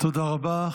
תודה רבה.